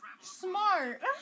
Smart